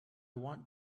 want